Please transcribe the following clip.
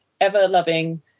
ever-loving